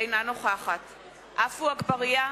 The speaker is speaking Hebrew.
אינה נוכחת עפו אגבאריה,